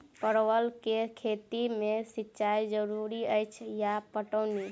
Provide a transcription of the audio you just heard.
परवल केँ खेती मे सिंचाई जरूरी अछि या पटौनी?